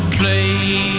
play